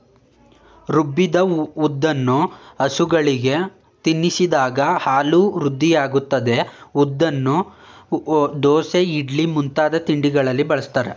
ರುಬ್ಬಿದ ಉದ್ದನ್ನು ಹಸುಗಳಿಗೆ ತಿನ್ನಿಸಿದಾಗ ಹಾಲು ವೃದ್ಧಿಯಾಗ್ತದೆ ಉದ್ದನ್ನು ದೋಸೆ ಇಡ್ಲಿ ಮುಂತಾದ ತಿಂಡಿಯಲ್ಲಿ ಬಳಸ್ತಾರೆ